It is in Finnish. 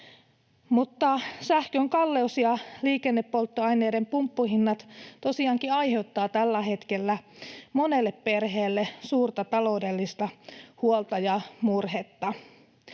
Sähkön kalleus ja liikennepolttoaineiden pumppuhinnat tosiaankin aiheuttavat tällä hetkellä monelle perheelle suurta taloudellista huolta ja murhetta.